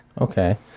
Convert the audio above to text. Okay